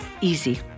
easy